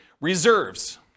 reserves